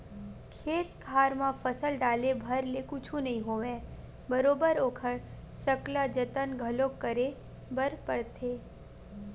खेत खार म फसल डाले भर ले कुछु नइ होवय बरोबर ओखर सकला जतन घलो करे बर परथे